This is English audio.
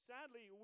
Sadly